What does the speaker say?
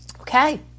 Okay